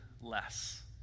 less